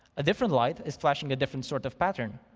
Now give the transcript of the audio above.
a different light is flashing a different sort of pattern.